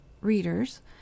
readers